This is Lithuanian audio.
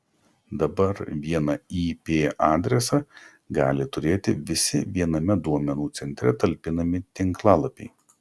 dabar vieną ip adresą gali turėti visi viename duomenų centre talpinami tinklalapiai